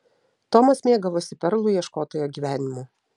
tomas mėgavosi perlų ieškotojo gyvenimu